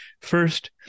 first